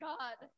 God